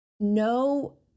No